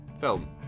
Film